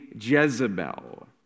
Jezebel